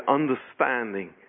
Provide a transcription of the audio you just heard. understanding